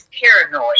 paranoid